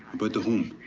but the home.